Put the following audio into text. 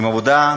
בעבודה,